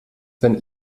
wenn